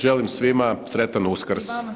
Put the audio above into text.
Želim svima sretan Uskrs.